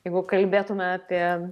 jeigu kalbėtumėme apie